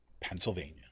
Pennsylvania